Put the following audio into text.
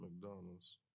McDonald's